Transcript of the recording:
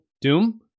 Doom